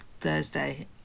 Thursday